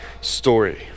story